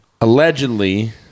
allegedly